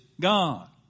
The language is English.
God